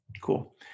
Cool